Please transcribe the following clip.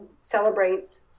celebrates